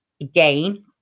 again